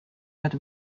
that